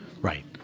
Right